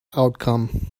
outcome